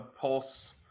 pulse